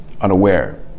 unaware